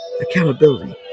Accountability